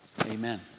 Amen